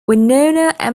winona